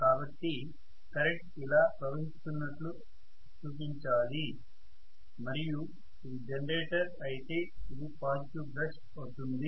కాబట్టి కరెంట్ ఇలా ప్రవహిస్తున్నట్లు చూపించాలి మరియి ఇది జనరేటర్ అయితే ఇది పాజిటివ్ బ్రష్ అవుతుంది